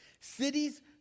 cities